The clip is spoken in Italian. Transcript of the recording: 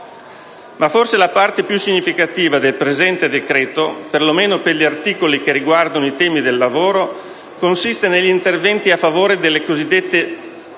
Ma forse la parte piu significativa del presente decreto, per lo meno per gli articoli che riguardano i temi del lavoro, consiste negli interventi a favore della cosiddetta